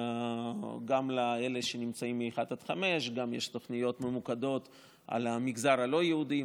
גם לאלה שנמצאות מ-1 עד 5. יש גם תוכניות ממוקדות למגזר הלא-יהודי,